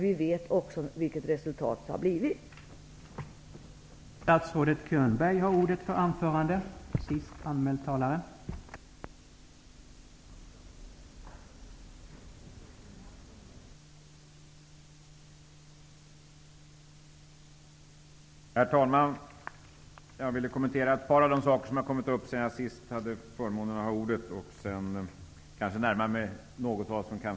Vi vet också vad det har blivit för resultat av det.